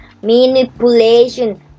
manipulation